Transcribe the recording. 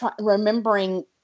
remembering